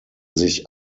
sich